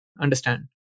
understand